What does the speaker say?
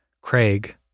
Craig